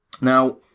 Now